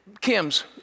Kim's